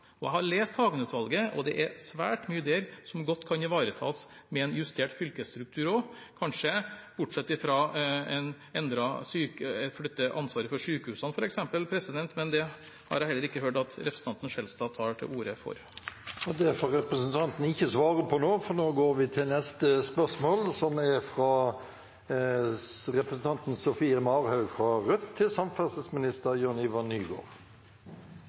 Jeg har lest Hagen-utvalget, og det er svært mye der som godt kan ivaretas med en justert fylkesstruktur også, kanskje bortsett fra å flytte ansvaret for sykehusene. Men det har jeg heller ikke hørt at representanten Skjelstad tar til orde for. Det får representanten ikke svart på, for nå går vi til neste spørsmål.